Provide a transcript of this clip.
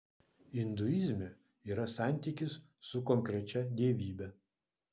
induizme yra santykis su konkrečia dievybe